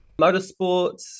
Motorsports